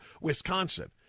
Wisconsin